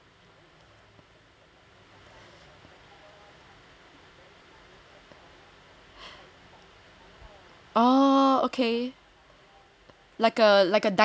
oh okay like a like a dining hall is it